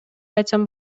айтсам